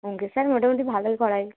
অংকের স্যার মোটামুটি ভালোই পড়ায়